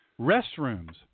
Restrooms